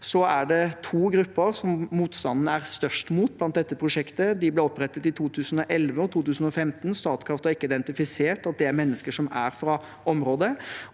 Det er to grupper hvor motstanden er størst mot dette prosjektet, og de ble opprettet i 2011 og 2015. Statkraft har ikke identifisert at dette er mennesker som er fra området,